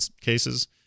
cases